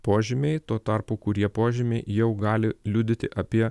požymiai tuo tarpu kurie požymiai jau gali liudyti apie